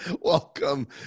Welcome